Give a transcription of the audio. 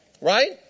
right